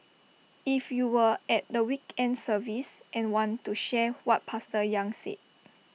if you were at the weekend service and want to share what pastor yang said